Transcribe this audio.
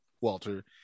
Walter